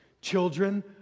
Children